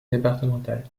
départementale